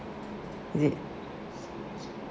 is it